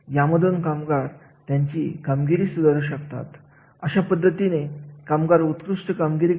आता एखाद्या विशिष्ट संस्थेच्या रचनेविषयी यामध्ये अशा संस्थेची रचना कशी झालेली आहे